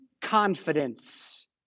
confidence